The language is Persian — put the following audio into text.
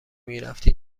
میرفتی